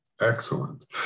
excellent